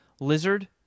Lizard